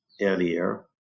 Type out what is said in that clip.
earlier